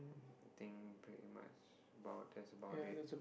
I think pretty much about that's about it